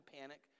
panic